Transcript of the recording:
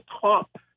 top